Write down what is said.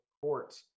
court